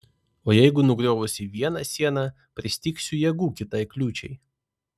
o jeigu nugriovusi vieną sieną pristigsiu jėgų kitai kliūčiai